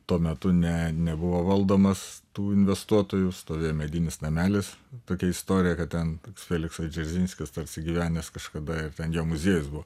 tuo metu ne nebuvo valdomas tų investuotojų stovėjo medinis namelis tokia istorija kad ten toks feliksas dzeržinskis tarsi gyvenęs kažkada ir ten jo muziejus buvo